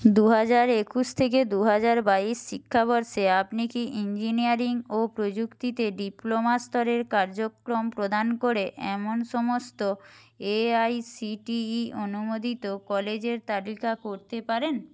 দু হাজার একুশ থেকে দু হাজার বাইশ শিক্ষাবর্ষে আপনি কি ইঞ্জিনিয়ারিং ও প্রযুক্তিতে ডিপ্লোমা স্তরের কার্যক্রম প্রদান করে এমন সমস্ত এআইসিটিই অনুমোদিত কলেজের তালিকা করতে পারেন